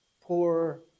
poor